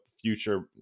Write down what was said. future